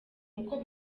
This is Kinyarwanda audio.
uko